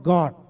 God